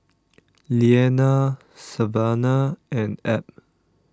Leanna Savanah and Ebb